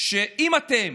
שאם אתם